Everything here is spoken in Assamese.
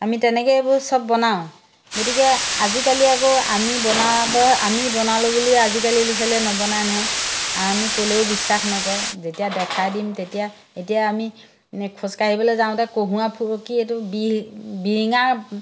আমি তেনেকেই এইবোৰ চব বনাওঁ গতিকে আজিকালি আকৌ আমি বনাব আমি বনালোঁ বুলি আজিকালি ল'ৰা ছোৱালীয়ে নবনাই নহয় আৰু আমি ক'লেও বিশ্বাস নকৰে যেতিয়া দেখাই দিম তেতিয়া এতিয়া আমি খোজকাঢ়িবলৈ যাওঁতে কুহুৱা ফুৰকী এইটো বি বিৰিঙা